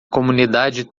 comunidade